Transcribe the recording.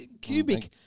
Cubic